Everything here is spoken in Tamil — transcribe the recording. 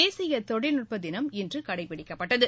தேசிய தொழில்நுட்ப தினம் இன்று கடைபிடிக்கப்பட்டது